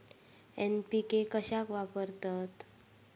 NPK कशाक वापरतत?